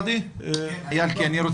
אין ברירה אחרת,